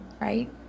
right